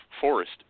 forest